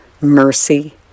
mercy